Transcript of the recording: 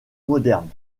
moderne